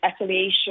affiliation